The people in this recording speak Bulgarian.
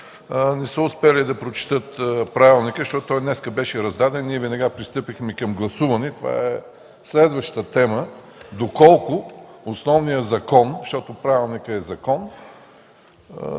не са успели да прочетат Правилника, защото той беше раздаден днес и веднага пристъпихме към гласуване, това е следващата тема – може ли основният закон, защото Правилникът е закон